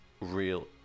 real